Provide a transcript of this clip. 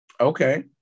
Okay